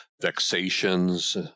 vexations